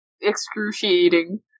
excruciating